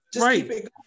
right